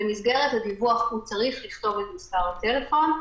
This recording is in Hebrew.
במסגרת הדיווח הוא צריך לכתוב את מס' הטלפון.